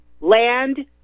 land